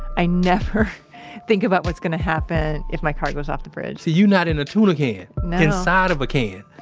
i never think about what's gonna happen if my car goes off the bridge. see, you're not in a tuna can inside of a can.